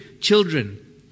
children